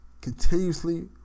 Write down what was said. Continuously